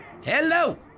Hello